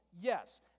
Yes